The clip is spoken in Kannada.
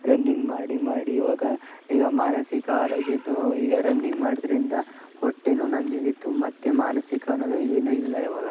ರನ್ನಿಂಗ್ ಮಾಡಿ ಮಾಡಿ ಇವಾಗ ಈಗ ಮಾನಸಿಕ ಆರೋಗ್ಯದ್ದು ಈಗ ರನ್ನಿಂಗ್ ಮಾಡೋದ್ರಿಂದ ಹೊಟ್ಟೆನು ನಂದು ಇಳಿತು ಮತ್ತೆ ಮಾನಸಿಕ ಅನ್ನೋದು ಏನು ಇಲ್ಲ ಇವಾಗ